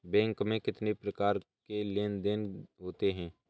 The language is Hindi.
बैंक में कितनी प्रकार के लेन देन देन होते हैं?